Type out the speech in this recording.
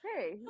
Hey